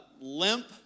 limp